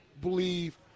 believe